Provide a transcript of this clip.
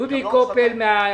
דודי קופל מן